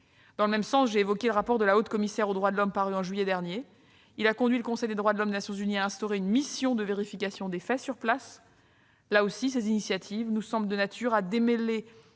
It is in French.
Dans le même sens, j'ai évoqué le rapport de la haut-commissaire aux droits de l'homme paru en juillet dernier. Il a conduit le Conseil des droits de l'homme des Nations unies à instaurer une mission de vérification des faits sur place. Ces initiatives nous semblent de nature à démêler